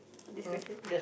this question